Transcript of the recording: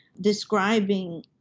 describing